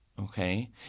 Okay